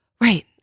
Right